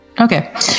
Okay